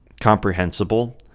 comprehensible